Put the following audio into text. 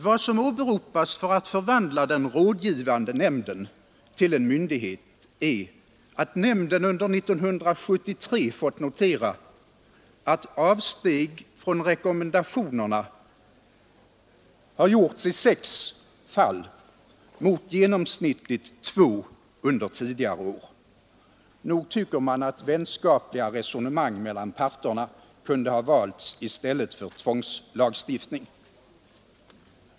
Vad som åberopas för att förvandla den rådgivande nämnden till en myndighet är att nämnden under 1973 fått notera sex avsteg från rekommendationerna mot genomsnittligt två under tidigare år. Nog tycker man att vänskapliga resonemang mellan parterna kunde ha valts i stället för tvångslagstiftning.